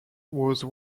whose